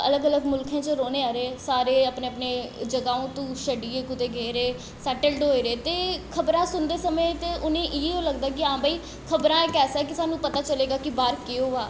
अलग अलग मुल्खें च रौह्ने आह्ले सारे अपने अपने जग्हाओं तो छड्डियै कुतै गेदे सैट्टल्ड होए दे ते खबरां सुनदे समें ते उ'नें गी इ'यो लगदा हां भाई खबरां इक ऐसा ऐ के सानूं पता चलेगा कि बाह्र केह् होआ